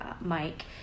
Mike